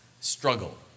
struggle